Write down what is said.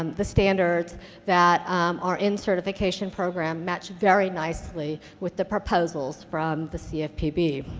um the standards that are in certification program, match very nicely with the proposals from the cfpb. dba